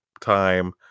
time